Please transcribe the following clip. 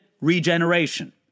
regeneration